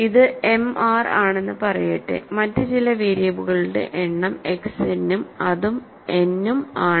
ഇത് mr ആണെന്ന് പറയട്ടെ മറ്റ് ചില വേരിയബിളുകളുടെ എണ്ണം X n അതും n ആണ്